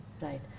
Right